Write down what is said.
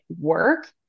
work